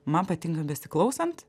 man patinka besiklausant